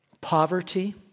Poverty